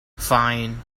fine